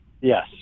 Yes